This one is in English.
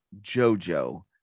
JoJo